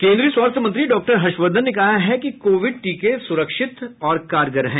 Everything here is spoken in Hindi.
केन्द्रीय स्वास्थ्य मंत्री डॉक्टर हर्षवर्धन ने कहा है कि कोविड टीके सुरक्षित और कारगर हैं